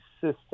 system